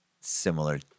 Similar